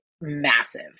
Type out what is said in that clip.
massive